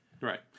Right